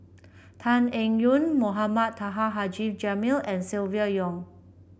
Tan Eng Yoon Mohamed Taha Haji Jamil and Silvia Yong